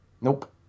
Nope